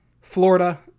Florida